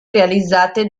realizzate